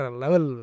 level